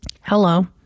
hello